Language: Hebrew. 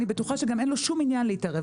אני בטוחה שגם אין לו שום עניין להתערב